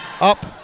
Up